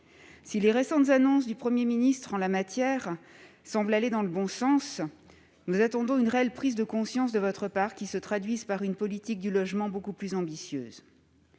Si les récentes annonces du Premier ministre en la matière semblent aller dans le bon sens, nous attendons de votre part une réelle prise de conscience, qui se traduise par une politique du logement beaucoup plus ambitieuse.